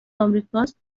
آمریکاست